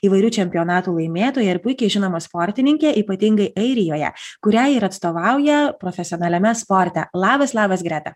įvairių čempionatų laimėtoja ir puikiai žinoma sportininkė ypatingai airijoje kuriai ir atstovauja profesionaliame sporte labas labas greta